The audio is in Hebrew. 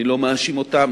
אני לא מאשים אותם,